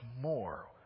more